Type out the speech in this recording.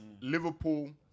Liverpool